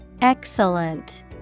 Excellent